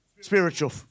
Spiritual